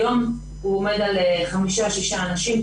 היום הוא עומד על חמישה-שישה אנשים,